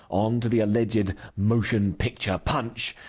on to the alleged motion picture punch,